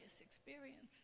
experience